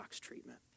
treatment